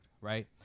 Right